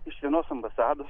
iš vienos ambasados